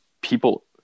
people